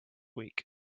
week